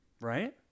Right